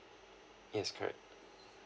yes correct